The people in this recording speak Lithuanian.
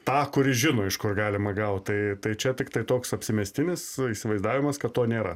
tą kuris žino iš kur galima gaut tai tai čia tiktai toks apsimestinis įsivaizdavimas kad to nėra